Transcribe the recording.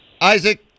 Isaac